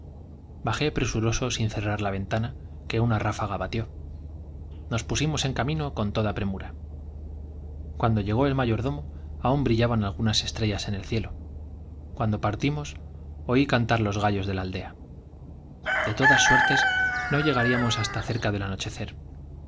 bajé presuroso sin cerrar la ventana que una ráfaga batió nos pusimos en camino con toda pre cuando el mayordomo aún brillaban mura llegó algunas estrellas en el cielo cuando partimos oí cantar los gallos de la aldea de todas suertes no llegaríamos hasta cerca del anochecer